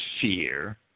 fear